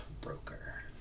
broker